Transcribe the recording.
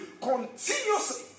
continuously